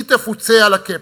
הוא יפוצה על ה-capping.